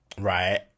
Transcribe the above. right